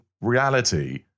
reality